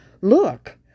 Look